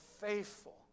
faithful